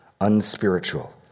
unspiritual